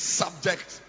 subject